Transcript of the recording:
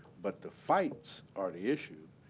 but the fights are the issue.